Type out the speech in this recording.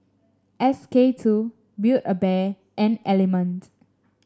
S K two Build A Bear and Element